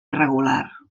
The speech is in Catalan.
irregular